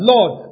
Lord